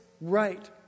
right